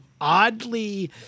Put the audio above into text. oddly